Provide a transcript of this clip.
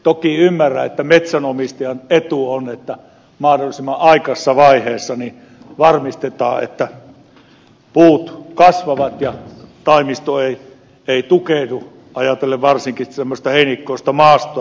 toki ymmärrän että metsänomistajan etu on että mahdollisimman aikaisessa vaiheessa varmistetaan että puut kasvavat ja taimisto ei tukehdu ajatellen varsinkin semmoista heinikkoista maastoa